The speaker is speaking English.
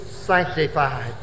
sanctified